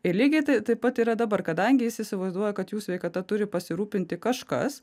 ir lygiai tai taip pat yra dabar kadangi jis įsivaizduoja kad jų sveikata turi pasirūpinti kažkas